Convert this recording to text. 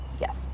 yes